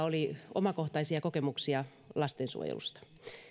oli omakohtaisia kokemuksia lastensuojelusta